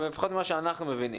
לפחות ממה שאנחנו מבינים.